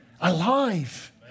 Alive